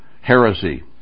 Heresy